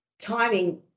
timing